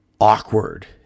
awkward